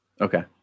Okay